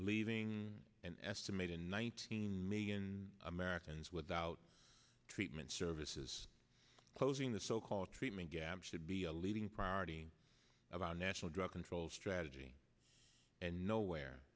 leaving an estimated nineteen million americans without treatment services closing the so called gap should be a leading priority of our national drug control strategy and nowhere